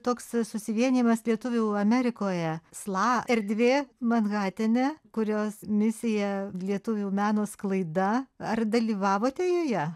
toks susivienijimas lietuvių amerikoje sla erdvė mahatene kurios misija lietuvių meno sklaida ar dalyvavote joje